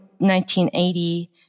1980